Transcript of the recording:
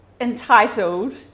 entitled